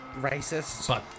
Racist